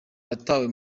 yatawe